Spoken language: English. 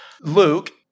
Luke